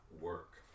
work